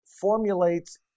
formulates